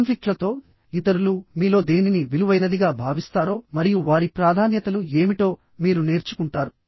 కాన్ఫ్లిక్ట్లతో ఇతరులు మీలో దేనిని విలువైనదిగా భావిస్తారో మరియు వారి ప్రాధాన్యతలు ఏమిటో మీరు నేర్చుకుంటారు